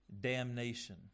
Damnation